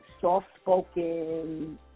soft-spoken